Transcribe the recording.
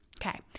Okay